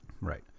Right